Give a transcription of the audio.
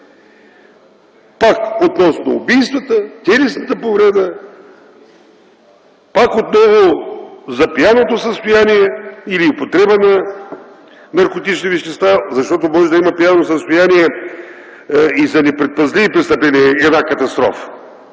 пак относно убийствата, телесната повреда, пак отново за пияното състояние или употреба на наркотични вещества, защото може да има пияно състояние и за непредпазливи престъпления - една катастрофа.